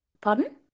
pardon